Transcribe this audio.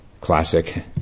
classic